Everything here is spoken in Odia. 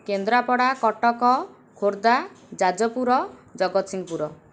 କେନ୍ଦ୍ରାପଡ଼ା କଟକ ଖୋର୍ଦ୍ଧା ଯାଜପୁର ଜଗତସିଂହପୁର